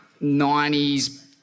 90s